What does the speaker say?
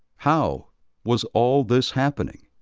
how was all this happening?